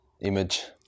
image